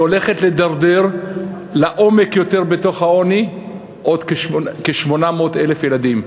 היא הולכת לדרדר לעומק רב יותר בתוך העוני עוד כ-800,000 ילדים.